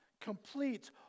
complete